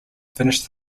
finished